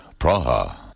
Praha